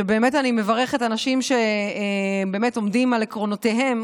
שבאמת אני מברכת אנשים שבאמת עומדים על עקרונותיהם,